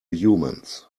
humans